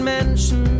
Menschen